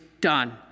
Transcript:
done